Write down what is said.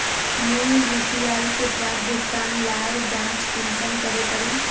मुई यु.पी.आई से प्राप्त भुगतान लार जाँच कुंसम करे करूम?